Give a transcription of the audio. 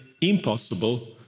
impossible